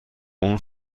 اون